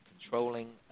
controlling